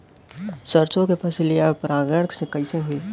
सरसो के फसलिया परागण से कईसे होई?